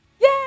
Yay